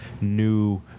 new